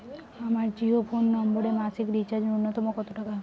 আমার জিও ফোন নম্বরে মাসিক রিচার্জ নূন্যতম কত টাকা?